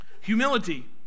Humility